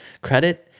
credit